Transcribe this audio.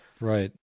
Right